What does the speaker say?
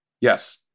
Yes